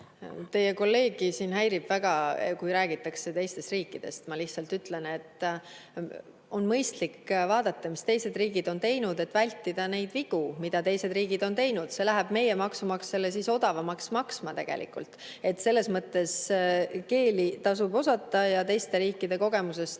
Teie kolleegi siin häirib väga, kui räägitakse teistest riikidest. Ma lihtsalt ütlen, et on mõistlik vaadata, mis teised riigid on teinud, et vältida neid vigu, mida teised riigid on teinud. See läheb meie maksumaksjale siis vähem maksma. Selles mõttes – keeli tasub osata ja teiste riikide kogemustest